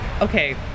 okay